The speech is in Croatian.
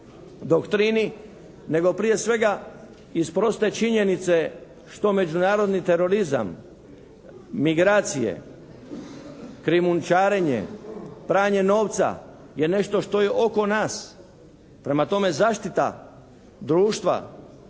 doktrini, nego prije svega iz proste činjenice što međunarodni terorizam, migracije, krijumčarenje, pranje novca je nešto što je oko nas. Prema tome, zaštita društva